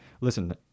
listen